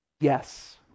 yes